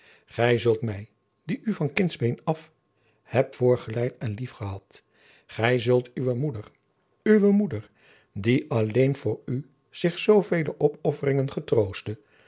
gij zult mij die u van kindsbeen af heb voortgeleid en liefgehad gij zult uwe moeder uwe moeder die alleen voor u zich zoovele opofferingen getroostte